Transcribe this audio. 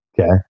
Okay